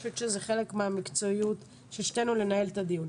אני חושבת שזה חלק מהמקצועיות של שתינו לנהל את הדיון.